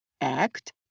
act